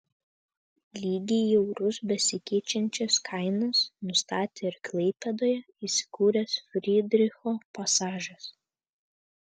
lygiai į eurus besikeičiančias kainas nustatė ir klaipėdoje įsikūręs frydricho pasažas